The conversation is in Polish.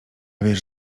wiesz